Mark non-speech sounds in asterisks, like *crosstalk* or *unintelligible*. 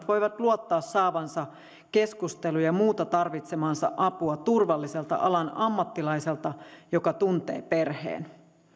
*unintelligible* voivat luottaa saavansa keskustelu ja muuta tarvitsemaansa apua turvalliselta alan ammattilaiselta joka tuntee perheen